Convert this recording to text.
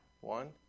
one